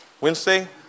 Wednesday